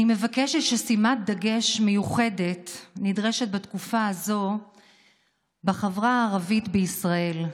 אני מבקשת לומר ששימת דגש מיוחדת נדרשת בתקופה זו בחברה הערבית בישראל,